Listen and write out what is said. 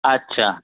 अच्छा